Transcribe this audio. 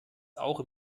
auch